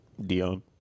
Dion